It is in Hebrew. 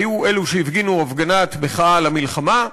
היו אלה שהפגינו הפגנת מחאה על המלחמה,